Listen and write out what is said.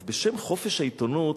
אז בשם חופש העיתונות